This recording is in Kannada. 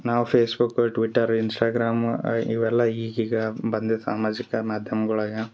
ನಾವು ಫೇಸ್ಬುಕ್ಕು ಟ್ವಿಟರ್ ಇನ್ಸ್ಟಾಗ್ರಾಮ್ ಇವೆಲ್ಲ ಈಗೀಗ ಬಂದಿದ್ದ ಸಾಮಾಜಿಕ ಮಾಧ್ಯಮ್ದೊಳಗ